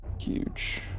Huge